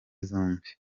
zombi